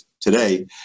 today